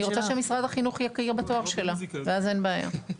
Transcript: אני רוצה שמשרד החינוך יכיר בתואר שלה ואז אין בעיה.